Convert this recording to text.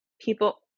people